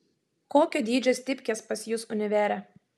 kokio dydžio stipkės pas jus univere